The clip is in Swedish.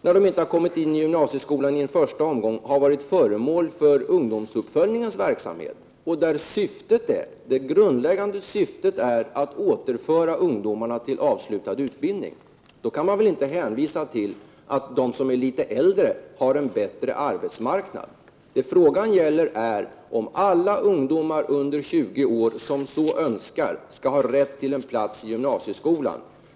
när de inte kom in i gymnasieskolan i en första omgång, har varit föremål för ungdomsuppföljningens verksamhet, där det grundläggande syftet är att återföra ungdomarna till gymnasieutbildning. Då kan man väl inte hänvisa till att de som är litet äldre har en bättre arbetsmarknad. Vad frågan gäller är om alla ungdomar under 20 år som så önskar skall ha rätt till en plats i gymnasieskolan.